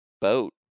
boat